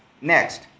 next